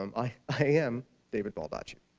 um i i am david baldacci.